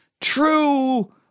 true